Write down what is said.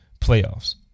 playoffs